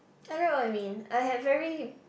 I know what I mean I have very